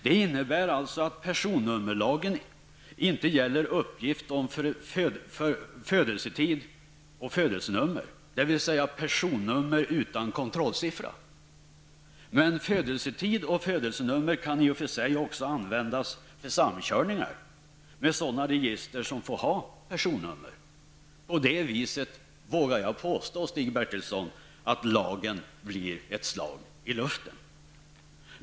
Det innebär alltså att personnummerlagen inte gäller uppgift om födelsetid och födelsenummer, dvs. personnummer utan kontrollsiffra. Men födelsetid och födelsenummer kan i och för sig användas också för samkörningar med sådana register som får ha personnummer. På det viset vågar jag påstå, Stig Bertilsson, att lagen blir ett slag i luften.